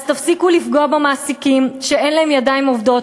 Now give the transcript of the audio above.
אז תפסיקו לפגוע במעסיקים שאין להם ידיים עובדות.